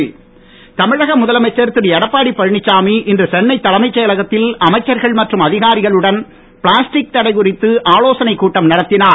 தமிழகம் plastic தமிழக முதலமைச்சர் திரு எடப்பாடி பழனிச்சாமி இன்று சென்னை தலைமைச் செயலகத்தில் அமைச்சர்கள் மற்றும் அதிகாரிகளுடன் பிளாஸ்டிக் தடை குறித்து ஆலோசனை கூட்டம் நடத்தினார்